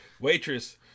waitress